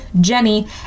Jenny